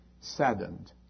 saddened